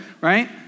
Right